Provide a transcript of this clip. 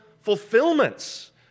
fulfillments